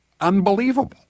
unbelievable